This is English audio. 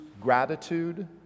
gratitude